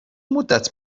مدت